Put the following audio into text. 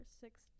six